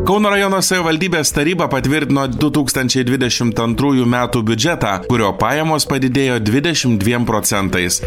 kauno rajono savivaldybės taryba patvirtino du tūkstančiai dvidešimt antrųjų metų biudžetą kurio pajamos padidėjo dvidešim dviem procentais